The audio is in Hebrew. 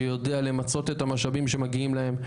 שיודע למצות את המשאבים שמגיעים להם,